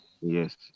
Yes